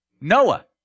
Noah